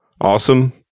Awesome